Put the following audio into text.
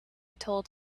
told